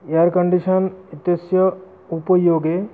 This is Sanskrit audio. एर् कण्डिशन् एतस्य उपयोगे